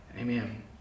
amen